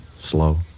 slow